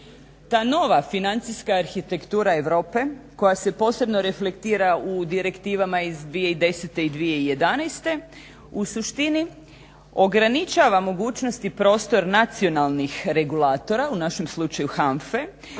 Ta nova financijska arhitektura Europe koja se posebno reflektira u direktivama iz 2010. i 2011. u suštini ograničava mogućnosti prostor nacionalnih regulatora, u našem slučaju HANFA-e,